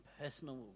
personal